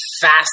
fast